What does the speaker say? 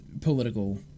political